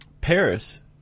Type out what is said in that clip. Paris